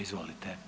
Izvolite.